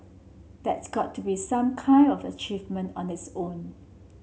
that's got to be some kind of achievement on this own